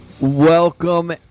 Welcome